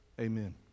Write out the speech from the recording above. Amen